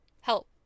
help